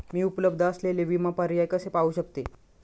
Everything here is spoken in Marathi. मी उपलब्ध असलेले विमा पर्याय कसे पाहू शकते?